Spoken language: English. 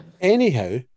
Anyhow